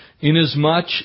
Inasmuch